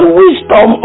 wisdom